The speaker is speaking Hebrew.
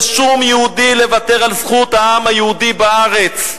"לשום יהודי לוותר על זכות העם היהודי בארץ.